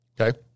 Okay